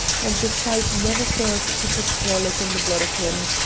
and the sight never failed to put frolic in the blood of him.